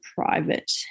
private